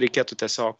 reikėtų tiesiog